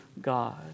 God